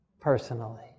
personally